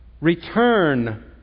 Return